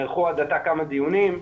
נערכו עד עתה כמה דיונים,